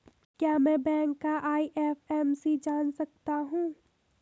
क्या मैं बैंक का आई.एफ.एम.सी जान सकता हूँ?